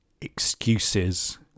excuses